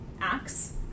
acts